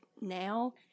now